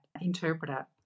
interpreter